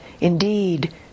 indeed